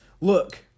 Look